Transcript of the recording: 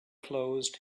closed